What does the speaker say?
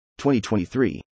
2023